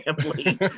family